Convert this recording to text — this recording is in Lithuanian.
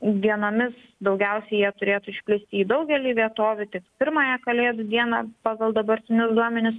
dienomis daugiausiai jie turėtų išplisti į daugelį vietovių tik pirmąją kalėdų dieną pagal dabartinius duomenis